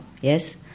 Yes